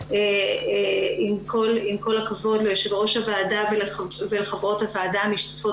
עם כל הכבוד ליושב-ראש הוועדה ולחברות הוועדה המשתתפות,